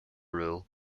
rule